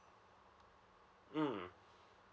mm